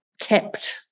kept